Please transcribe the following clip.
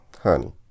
Honey